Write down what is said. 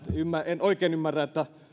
en oikein ymmärrä että